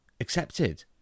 accepted